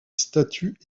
statuts